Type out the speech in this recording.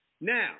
Now